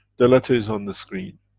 the letter is on the screen.